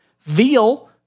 Veal